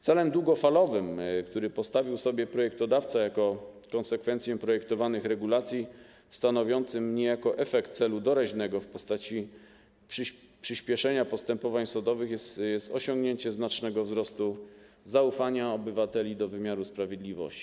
Celem długofalowym, który postawił sobie projektodawca jako konsekwencję projektowanych regulacji, stanowiącym niejako efekt celu doraźnego w postaci przyspieszenia postępowań sądowych, jest osiągnięcie znacznego wzrostu zaufania obywateli do wymiaru sprawiedliwości.